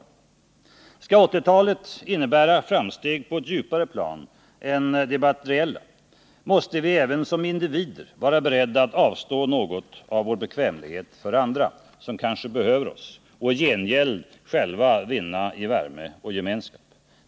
Skall 1980-talet innebära framsteg på ett djupare plan än det materiella måste vi även som individer vara beredda att avstå något av vår bekvämlighet för andra, som kanske behöver oss, och i gengäld själva vinna i värme och gemenskap.